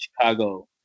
Chicago